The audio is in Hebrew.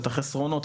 את החסרונות,